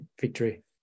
victory